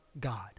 God